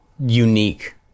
unique